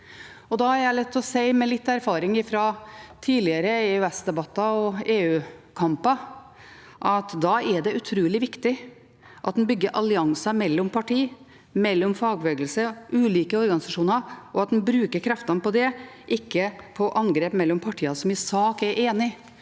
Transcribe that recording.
Da er det lett å si, med litt erfaring fra tidligere EØS-debatter og EUkamper, at da er det utrolig viktig at en bygger allianser mellom partier, fagbevegelse og ulike organisasjoner, og at en bruker kreftene på det, ikke på angrep mellom partier som i sak er enige.